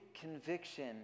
conviction